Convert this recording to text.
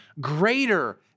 greater